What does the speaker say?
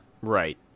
Right